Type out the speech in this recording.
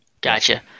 Gotcha